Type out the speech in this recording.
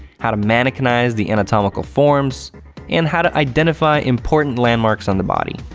how to mannequinise the anatomical forms and how to identify important landmarks on the body.